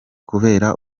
kubera